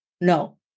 no